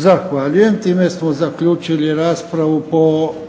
Zahvaljujem. Time smo zaključili raspravu po